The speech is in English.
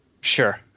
Sure